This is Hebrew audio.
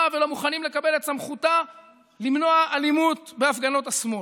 ולא מוכנים לקבל את סמכותה למנוע אלימות בהפגנות השמאל.